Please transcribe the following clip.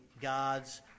God's